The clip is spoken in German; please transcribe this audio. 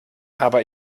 aber